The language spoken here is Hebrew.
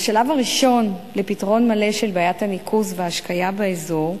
בשלב הראשון לפתרון מלא של בעיית הניקוז וההשקיה באזור,